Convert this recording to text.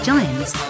Giants